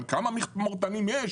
אבל כמה מכמורתנים יש?